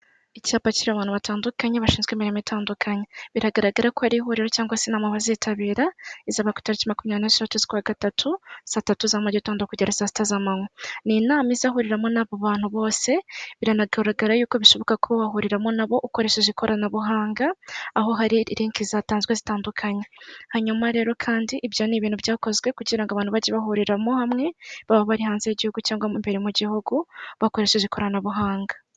Icyapa kiriho abantu batandukanye, bashinzwe imirimo itandukanye. Biragaragara ko ari ihuriro cyangwa se inama bazitabira, izaba ku itariki makumyabiri n'esheshatu z'ukwa gatatu, saa tatu za mugitondo kugera saa sita z'amanywa. Ni inama izahuriramo n'abo bantu bose, biranagaragara y'uko bishoboka kuba wahuriramo nabo ukoresheje ikoranabuhanga ,aho hari rinki(link) zatanzwe zitandukanye. Hanyuma rero kandi ibyo ni ibintu byakozwe kugira ngo abantu bajye bahurira hamwe, baba bari hanze y'igihugu cyangwa mu imbere mu gihugu, bakoresheje ikoranabuhanga.